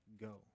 go